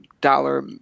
dollar